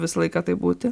visą laiką taip būti